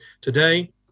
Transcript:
Today